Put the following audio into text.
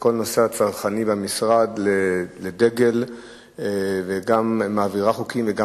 כל הנושא הצרכני במשרד לדגל וגם מעבירה חוקים וגם